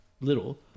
little